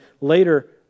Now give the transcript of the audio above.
later